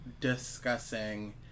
discussing